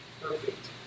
perfect